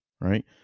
right